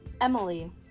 Emily